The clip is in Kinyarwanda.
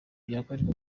byakwereka